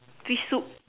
fish soup